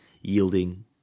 yielding